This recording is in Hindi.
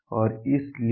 और इसलिए